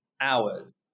hours